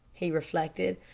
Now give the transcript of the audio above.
he reflected.